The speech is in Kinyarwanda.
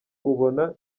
ubona